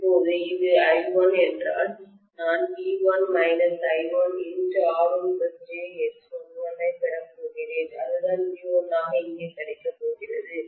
இப்போது இது I1 என்றால் நான் V1 I1R1jX11 ஐ பெறப்போகிறேன் அதுதான் V1 ஆக இங்கே கிடைக்க போகிறது